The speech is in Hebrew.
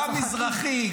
גם מזרחי,